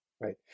Right